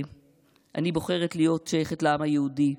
אני בוחרת להיות שייכת לעם היהודי.